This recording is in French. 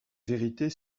vérité